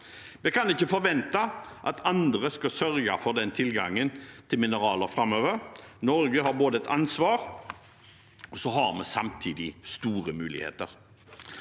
Vi kan ikke forvente at andre skal sørge for den tilgangen til mineraler framover. Norge har både et ansvar og samtidig store muligheter.